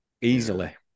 easily